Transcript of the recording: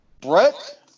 Brett